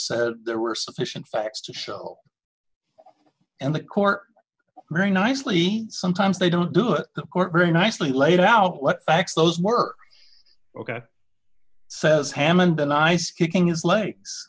said there were sufficient facts to show and the court very nicely sometimes they don't do it the court very nicely laid out what facts those were ok says hammond a nice kicking his legs